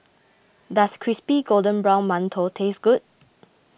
does Crispy Golden Brown Mantou taste good